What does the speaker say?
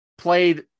played